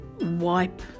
wipe